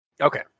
Okay